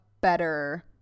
better